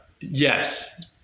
Yes